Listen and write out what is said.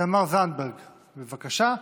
תמר זנדברג, בבקשה.